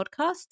podcasts